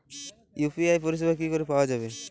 UPI পরিষেবা কি করে পাওয়া যাবে?